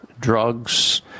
drugs